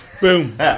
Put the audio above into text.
boom